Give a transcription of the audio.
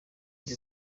njye